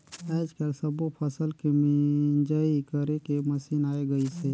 आयज कायल सब्बो फसल के मिंजई करे के मसीन आये गइसे